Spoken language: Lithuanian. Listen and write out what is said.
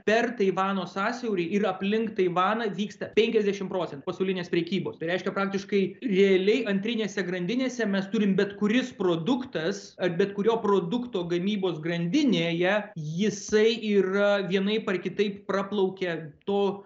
per taivano sąsiaurį ir aplink taivaną vyksta penkiasdešim procentų pasaulinės prekybos tai reiškia praktiškai realiai antrinėse grandinėse mes turim bet kuris produktas ar bet kurio produkto gamybos grandinėje jisai yra vienaip ar kitaip praplaukė to